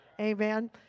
amen